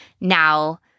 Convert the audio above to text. Now